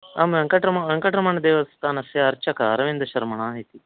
आम् वेङ्कटरमण वेङ्कटरमणदेवस्थानस्य अर्चकः अरविन्दशर्मः इति